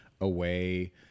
away